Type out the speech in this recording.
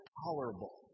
tolerable